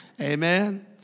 amen